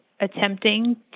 attempting